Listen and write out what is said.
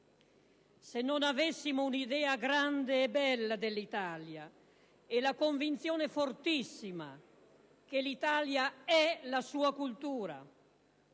se non avessimo un'idea grande e bella dell'Italia e la convinzione fortissima che l'Italia è la sua cultura